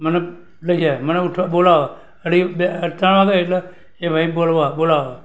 મને લઇ જાય મને ઉઠાડે બોલાવે અઢી બે ત્રણ વાગે એટલે એ ભાઈ બોલાવવા બોલાવવા આવે અને